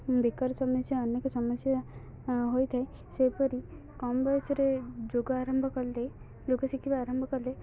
ବେକାରୀ ସମସ୍ୟା ଅନେକ ସମସ୍ୟା ହୋଇଥାଏ ସେହିପରି କମ୍ ବୟସରେ ଯୋଗ ଆରମ୍ଭ କଲେ ଯୋଗ ଶିଖିବା ଆରମ୍ଭ କଲେ